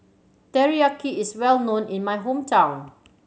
teriyaki is well known in my hometown